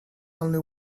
only